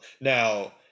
Now